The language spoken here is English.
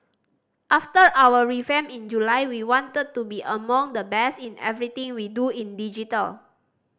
after our revamp in July we wanted to be among the best in everything we do in digital